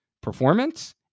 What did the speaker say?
performance